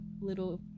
little